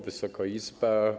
Wysoka Izbo!